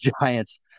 Giants